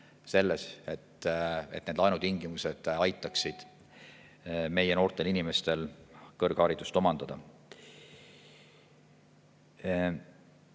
selle eest, et laenutingimused aitaksid meie noortel inimestel kõrgharidust omandada.